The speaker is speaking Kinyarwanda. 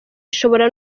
ishobora